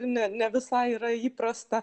ne ne visai yra įprasta